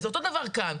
אז אותו דבר כאן.